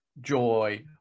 joy